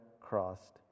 crossed